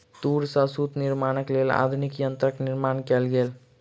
तूर सॅ सूत निर्माणक लेल आधुनिक यंत्रक निर्माण कयल गेल